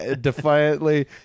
defiantly